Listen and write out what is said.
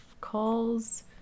calls